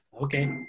Okay